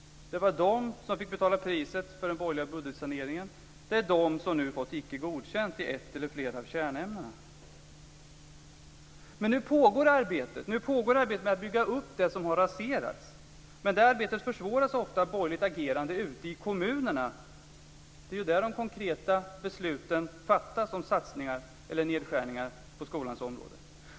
Det var de som fick betala priset för den borgerliga budgetsaneringen och det är de som nu fått betyget Icke godkänd i ett eller flera kärnämnen. Nu pågår arbetet med att bygga upp det som har raserats men det arbetet försvåras ofta av borgerligt agerande ute i kommunerna. Det är ju där som de konkreta besluten fattas om satsningar eller nedskärningar på skolans område.